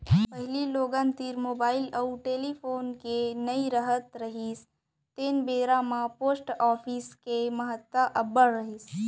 पहिली लोगन तीर मुबाइल अउ टेलीफोन के नइ राहत रिहिस तेन बेरा म पोस्ट ऑफिस के महत्ता अब्बड़ रिहिस